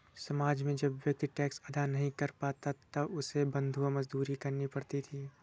समाज में जब व्यक्ति टैक्स अदा नहीं कर पाता था तब उसे बंधुआ मजदूरी करनी पड़ती थी